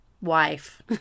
wife